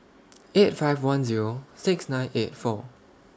eight five one Zero six nine eight four